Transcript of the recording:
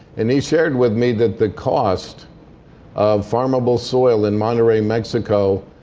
and he shared with me that the cost of farmable soil in monterey, mexico,